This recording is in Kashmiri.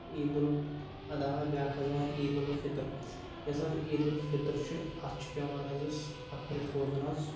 عیدالضحیٰ بیٛاکھ حظ یِوان عیٖدُالفطر یۄس حظ عیٖدُالفطر چھِ اتھ چھِ پیٚوان حظ یُس اکھ رٮ۪تھ روزُن حظ